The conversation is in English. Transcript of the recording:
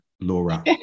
Laura